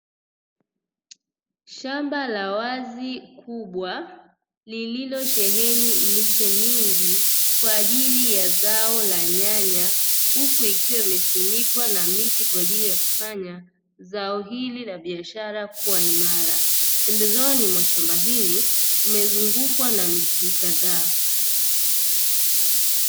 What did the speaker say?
Shamba la wazi kubwa lililosheheni miche mingi kwa ajili ya zao la nyanya huku ikiwa limesimikwa na miti kwa ajili ya kufanya zao hili la biashara kuwa imara, pembezoni mwa shamba hili kumezungukwa na miti kadhaa.